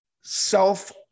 self